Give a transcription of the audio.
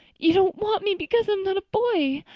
you don't want me because i'm not a boy!